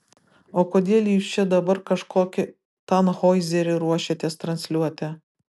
o kodėl jūs čia dabar kažkokį tanhoizerį ruošiatės transliuoti